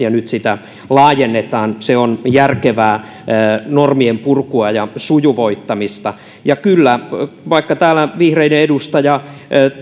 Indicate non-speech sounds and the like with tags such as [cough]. [unintelligible] ja nyt sitä laajennetaan se on järkevää normienpurkua ja sujuvoittamista kyllä vaikka täällä vihreiden edustaja